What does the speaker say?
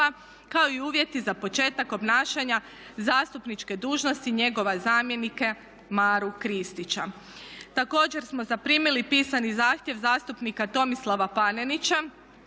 kao i uvjeti za početak obnašanja zastupničke dužnosti njegova zamjenika Maru Kristića. Također smo zaprimili pisani zahtjev zastupnika Tomislava Panenića